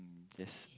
just